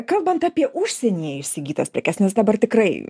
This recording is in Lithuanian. kalbant apie užsienyje įsigytas prekes nes dabar tikrai